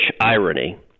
irony